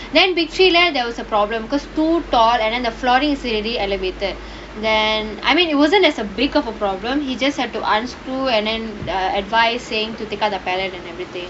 then victory leh there was a problem because too tall and then the flooring is already elevated then I mean it wasn't a big of a problem you just have to unscrew and then err advise saying to take out the palate and everything